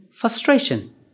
frustration